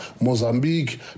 Mozambique